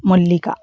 Mallika